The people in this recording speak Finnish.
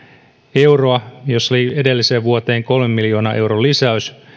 euroa jossa oli edelliseen vuoteen kolmen miljoonan euron lisäys